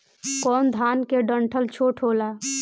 कौन धान के डंठल छोटा होला?